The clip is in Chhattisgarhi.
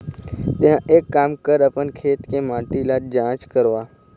तेंहा एक काम कर अपन खेत के माटी ल जाँच करवा